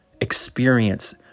experience